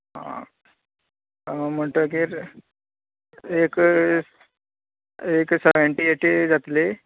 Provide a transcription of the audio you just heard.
आं म्हणटगीर एक एक सेव्हेन्टी एटी जातली